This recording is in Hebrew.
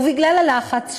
ובגלל הלחץ,